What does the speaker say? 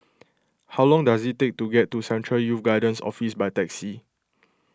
how long does it take to get to Central Youth Guidance Office by taxi